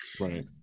right